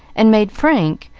and made frank,